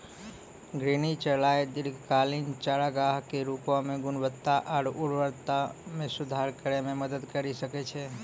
घूर्णि चराई दीर्घकालिक चारागाह के रूपो म गुणवत्ता आरु उर्वरता म सुधार करै म मदद करि सकै छै